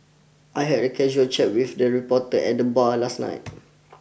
I had a casual chat with the reporter at the bar last night